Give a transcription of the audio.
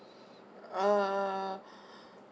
err